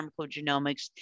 pharmacogenomics